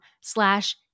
slash